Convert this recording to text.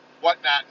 whatnot